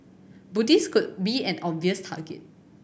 Buddhists could be an obvious target